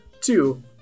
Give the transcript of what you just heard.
Two